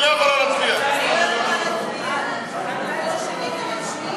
בגין עריכת נישואין אזרחיים בחו"ל, התשע"ו 2016,